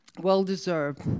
well-deserved